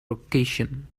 location